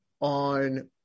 on